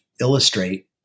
illustrate